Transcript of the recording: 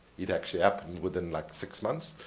it actually happened, within, like, six months.